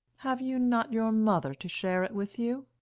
have you not your mother to share it with you?